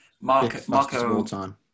Marco